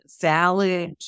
valid